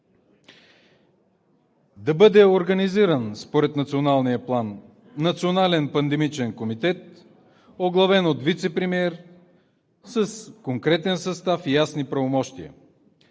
Да бъде организиран според Националния план Национален пандемичен комитет, оглавен от вицепремиер с конкретен състав и ясни правомощия,